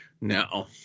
No